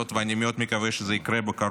ואני מקווה מאוד שזה יקרה בקרוב,